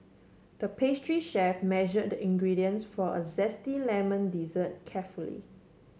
the pastry chef measured the ingredients for a zesty lemon dessert carefully